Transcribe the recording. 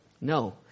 No